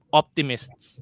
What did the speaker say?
optimists